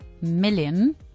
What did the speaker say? million